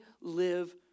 live